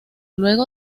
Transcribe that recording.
luego